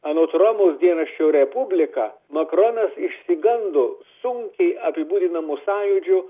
anot romos dienraščio republika makronas išsigando sunkiai apibūdinamų sąjūdžių